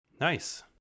Nice